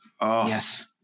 Yes